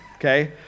okay